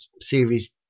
Series